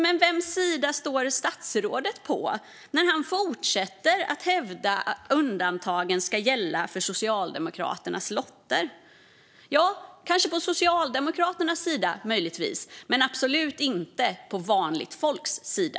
Men vems sida står statsrådet på när han fortsätter att hävda att undantagen ska gälla för Socialdemokraternas lotter? Möjligtvis står han på Socialdemokraternas sida, men absolut inte på vanligt folks sida.